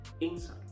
inside